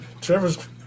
Trevor's